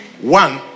One